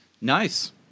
Nice